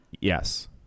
Yes